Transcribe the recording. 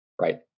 Right